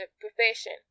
profession